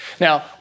Now